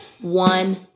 one